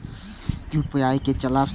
हम यू.पी.आई के चला सकब?